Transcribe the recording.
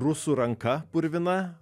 rusų ranka purvina